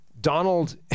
Donald